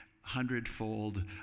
hundredfold